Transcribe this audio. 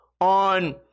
on